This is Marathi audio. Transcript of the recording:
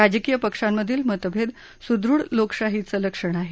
राजकीय पक्षांमधील मतभेद सुदृढ लोकशाहीचं लक्षण आहे